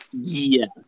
Yes